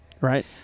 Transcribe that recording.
Right